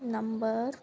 number